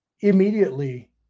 immediately